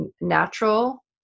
natural